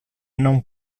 non